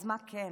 אז מה כן?